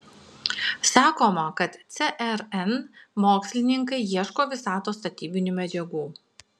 sakoma kad cern mokslininkai ieško visatos statybinių medžiagų